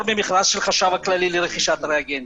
ממכרז של החשב הכללי לרכישת ריאגנטים,